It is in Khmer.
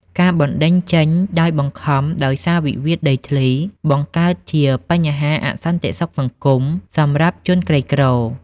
ការបណ្ដេញចេញដោយបង្ខំដោយសារវិវាទដីធ្លី បង្កើតជាបញ្ហាអសន្តិសុខសង្គមសម្រាប់ជនក្រីក្រ។